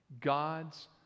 God's